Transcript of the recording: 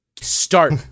Start